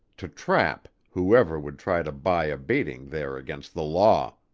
to trap whoever would try to buy a baiting there against the law.